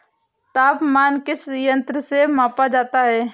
तापमान किस यंत्र से मापा जाता है?